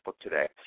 today